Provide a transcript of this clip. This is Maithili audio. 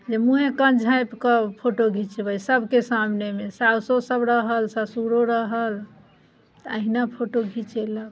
जे मुँहे कान झाँपिकऽ फोटो घिचबै सबके सामने मे साउसोसब रहल ससुरो रहल तऽ एहिना फोटो घिचेलक